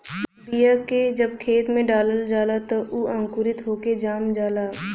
बीया के जब खेत में डालल जाला त उ अंकुरित होके जाम जाला